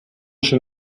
schon